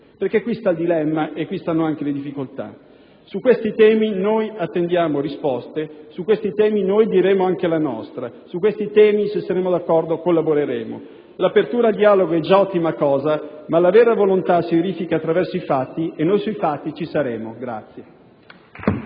Perché qui sta il dilemma e qui stanno anche le difficoltà. Su questi temi noi attendiamo risposte; su questi temi noi diremo anche la nostra; su questi temi, se saremo d'accordo, collaboreremo. L'apertura al dialogo è già un'ottima cosa ma la vera volontà si verifica attraverso i fatti e noi, sui fatti, ci saremo.